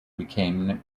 became